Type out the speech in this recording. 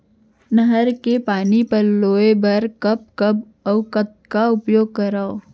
नहर के पानी ल पलोय बर कब कब अऊ कतका उपयोग करंव?